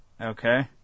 Okay